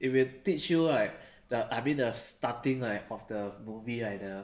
it will teach you right the I mean the starting right of the movie right the